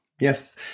Yes